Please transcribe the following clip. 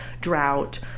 drought